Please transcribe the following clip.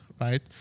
right